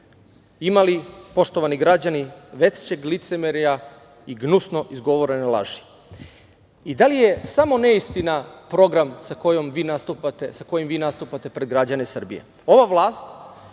odlaze“. Poštovani građani, ima li većeg licemerja i gnusno izgovorene laži i da li je samo neistina program sa kojim vi nastupate pred građane Srbije? Ova